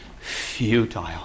futile